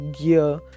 gear